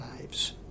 lives